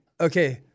okay